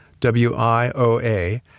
WIOA